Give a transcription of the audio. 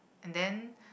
and then